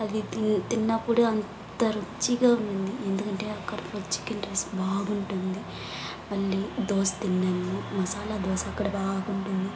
అది తిన్ తిన్నప్పుడు అంత రుచిగా ఉండింది ఎందుకంటే అక్కడికొచ్చి చికెన్ రైస్ బాగుంటుంది మళ్ళీ దోస తిన్నాము మసాలా దోస అక్కడ బాగుంటుంది